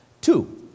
Two